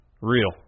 Real